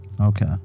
Okay